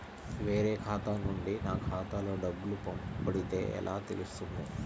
వేరే ఖాతా నుండి నా ఖాతాలో డబ్బులు పడితే ఎలా తెలుస్తుంది?